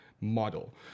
Model